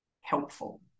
helpful